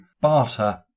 barter